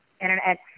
Internet